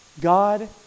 God